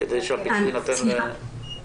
כמו